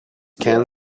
can